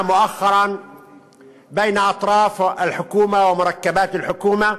לאחרונה בין הצדדים המרכיבים את הממשלה.